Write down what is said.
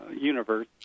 universe